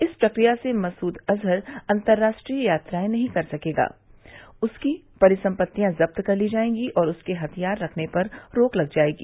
इस प्रक्रिया से मसूद अज़हर अंतराष्ट्रीय यात्राएं नहीं कर सकेगा उसकी परिसम्पत्तियां जब्त कर ली जाएगी और उसके हथियार रखने पर रोक लग जाएगी